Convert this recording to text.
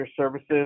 services